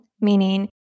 meaning